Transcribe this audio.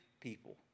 people